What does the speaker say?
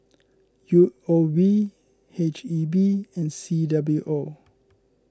U O B H E B and C W O